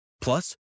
Plus